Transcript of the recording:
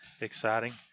exciting